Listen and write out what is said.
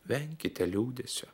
venkite liūdesio